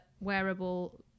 wearable